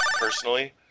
personally